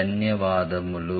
ధన్యవాదములు